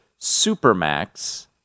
Supermax –